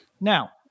Now